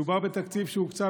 מדובר בתקציב שהוקצה,